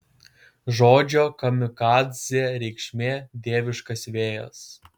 žodžio kamikadzė reikšmė dieviškas vėjas